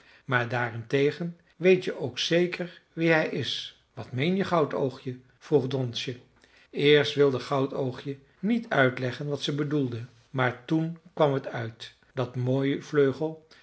maar daarentegen weet je ook zeker wie hij is wat meen je goudoogje vroeg donsje eerst wilde goudoogje niet uitleggen wat ze bedoelde maar toen kwam het uit dat